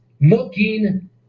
looking